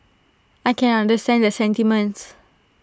I can understand the sentiments